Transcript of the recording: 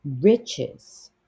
riches